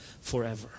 forever